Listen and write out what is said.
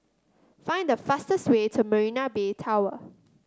find the fastest way to Marina Bay Tower